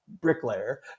bricklayer